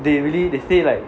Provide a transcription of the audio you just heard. they really they say like